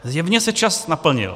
Zjevně se čas naplnil.